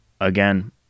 again